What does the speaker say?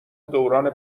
دوران